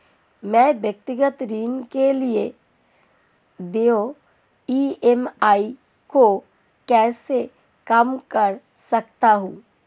मैं व्यक्तिगत ऋण के लिए देय ई.एम.आई को कैसे कम कर सकता हूँ?